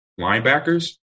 linebackers